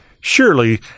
surely